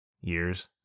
years